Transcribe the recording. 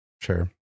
Sure